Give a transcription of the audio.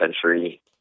century